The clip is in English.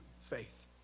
faith